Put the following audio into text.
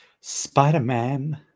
Spider-Man